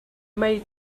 mei